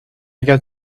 got